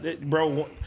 bro